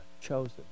chosen